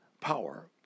power